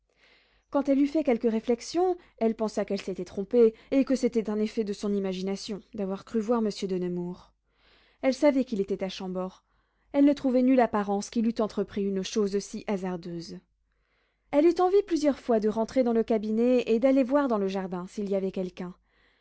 quand elle eut fait quelque réflexion elle pensa qu'elle s'était trompée et que c'était un effet de son imagination d'avoir cru voir monsieur de nemours elle savait qu'il était à chambord elle ne trouvait nulle apparence qu'il eût entrepris une chose si hasardeuse elle eut envie plusieurs fois de rentrer dans le cabinet et d'aller voir dans le jardin s'il y avait quelqu'un